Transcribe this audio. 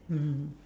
mmhmm